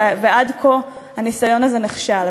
ועד כה הניסיון הזה נכשל.